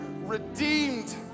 redeemed